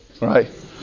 right